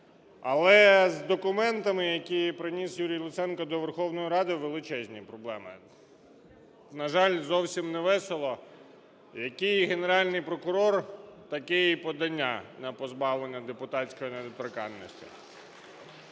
Але з документами, які приніс Юрій Луценко до Верховної Ради, величезні проблеми. На жаль, зовсім не весело, який Генеральний прокурор, такі і подання на позбавлення депутатської недоторканності.